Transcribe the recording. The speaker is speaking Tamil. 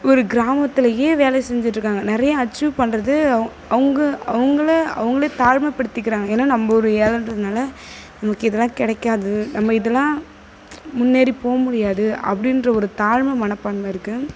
ஒரு கிராமத்திலேயே வேலை செஞ்சிட்டிருக்காங்க நிறையா அச்சீவ் பண்ணுறது அவுங் அவங்க அவங்கள அவங்களே தாழ்மைப்படுத்திக்கிறாங்க ஏன்னா நம்ம ஒரு ஏழைகின்றதுனால நமக்கு இதுல்லாம் கிடைக்காது நம்ம இதுல்லாம் முன்னேறி போகமுடியாது அப்படீன்ற ஒரு தாழ்வு மனப்பான்மை இருக்குது